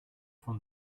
von